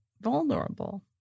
vulnerable